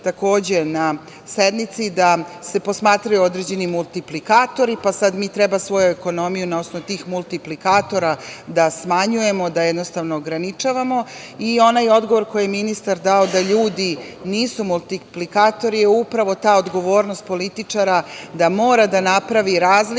čuli na sednici da se posmatraju određeni multiplikatori, pa sada mi treba svoju ekonomiju na osnovu tih multiplikatora da smanjujemo, da ograničavamo. Onaj odgovor koji je ministar dao, da ljudi nisu multiplikatori, je upravo ta odgovornost političara da mora da napravi razliku